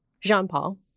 Jean-Paul